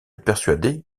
persuadé